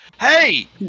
Hey